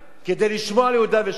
כדי לשמור על יהודה ושומרון.